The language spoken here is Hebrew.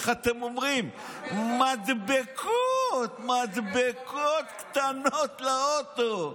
איך אתם אומרים, מדבקות, מדבקות קטנות לאוטו.